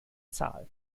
zahl